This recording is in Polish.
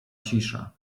cisza